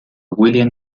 william